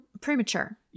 Premature